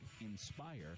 INSPIRE